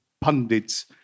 pundits